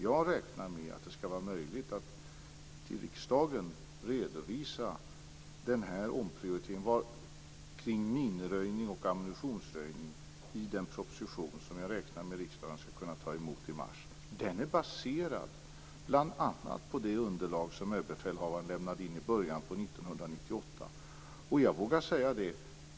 Jag räknar med att det skall vara möjligt att till riksdagen redovisa den här omprioriteringen kring minröjning och ammunitionsröjning i den proposition som jag räknar med att riksdagen skall kunna ta emot i mars. Den är bl.a. baserad på det underlag som överbefälhavaren lämnade in i början på 1998.